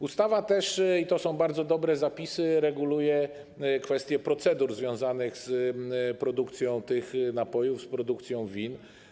Ustawa, i to są bardzo dobre zapisy, reguluje kwestie procedur związanych z produkcją tych napojów, z produkcją win.